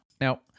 Now